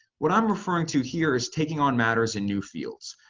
what i'm referring to here is taking on matters in new fields.